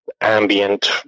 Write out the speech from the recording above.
ambient